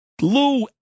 Lou